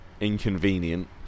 inconvenient